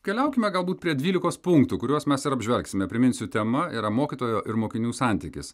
keliaukime galbūt prie dvylikos punktų kuriuos mes ir apžvelgsime priminsiu tema yra mokytojo ir mokinių santykis